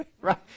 Right